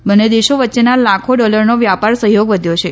બંને દેશો વચ્ચેનો લાખો ડોલરનો વ્યાપાર સહયોગ વધ્યો છે